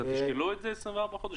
ישקלו את זה ל-24 חודש?